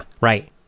right